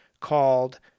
called